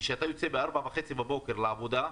אתה יוצא ב-4:30 בבוקר לעבודה,